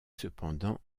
cependant